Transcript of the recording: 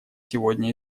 сегодня